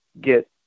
get